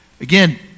Again